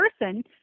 person